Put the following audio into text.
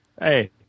Hey